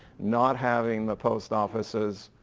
not having the post office's